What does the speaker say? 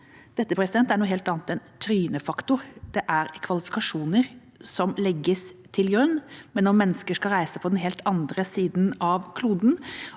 Dette er noe helt annet enn trynefaktor. Det er kvalifikasjoner som legges til grunn, men om mennesker skal reise på den helt andre siden av kloden